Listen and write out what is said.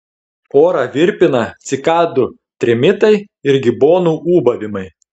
orą virpina cikadų trimitai ir gibonų ūbavimai